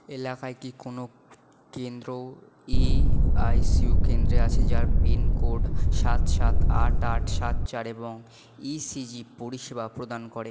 এলাকায় কি কোনও কেন্দ্র ইআইসিইউ কেন্দ্র আছে যার পিন কোড সাত সাত আট আট সাত চার এবং ইসিজি পরিষেবা প্রদান করে